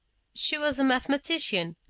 she was a mathematician.